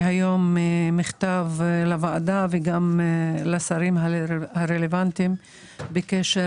הפניתי היום מכתב לוועדה ולשרים הרלוונטיים בקשר